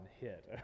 hit